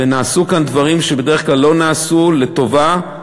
ונעשו כאן דברים שבדרך כלל לא נעשו, לטובה,